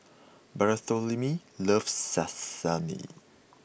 Bartholomew loves Salami